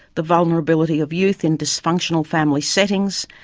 the vulnerability of youth in dysfunctional family settings,